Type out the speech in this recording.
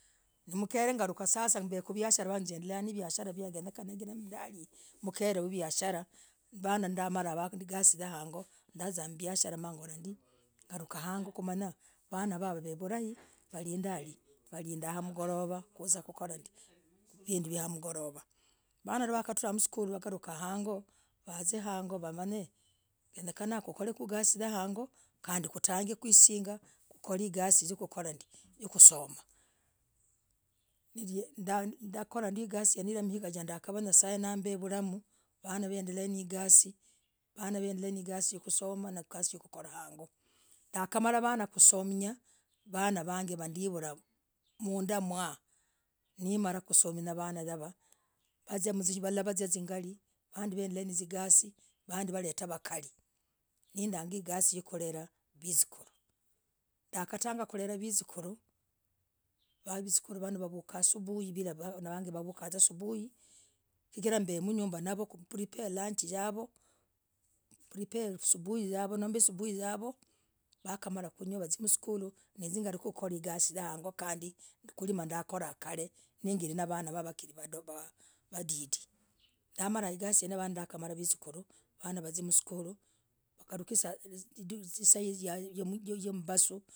Mkele garukah, sasa mbee. kuviashara mb genekanayali. kuviasharah, mkere waviashalah. vanandamalah, igasii ne yangoo. Sasa. zaziza mbiasharah nagolah. ndio. vanaa. Vaa. wavee. vulai, walindah. lii. walinda. agorovaa. kuzakurandii. vinduu. yagolovaa. vananee. wakatlah. msukuluu. angalukah. hangoo. waziee. hangoo. wamenye genyekana. kukoleigasii yahangoo. Kandi. kutange, kuisiingaa. kukor igasii. yakolah, ndiii. niekusomah. ndakolandioo. higasii yen nye'saee. namb vulahmu. vana n hendelea, ne. gasii, niekusomah, ne. gasii yakurah. hangoo. ndakumarah. vanaa. kusominyiah. vanaa. vagee. ndanivulah. mndamwange! Neimalah, kusominyiah vanaa vagee. vazia. mzimalah, mwazia lukarr. navazia. igasii. navandi. navaletah. vakalii. neendangaa. igasii. yakulelah, vasukuru. ndagata. kulelah. visukuruu, visukuruu. wavukaa. sibuhi, shigillah. mbee. vavoo, mnyumbah. kupripeah lunch. yawoo, kupripeah. subuhi. yawoo, nomb subuhi yawoo. wakamalah, kunyuwa wazi msukuluu. jage kukorah. igasii. yangee. ndamalah! Igasii. yen visukuruu vanaa vazie msukuluu. wagalukesaa ya mbasuu. miiga, makomii gane.